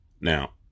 Now